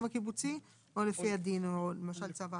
הקיבוצי או לפי הדין או למשל צו ההרחבה?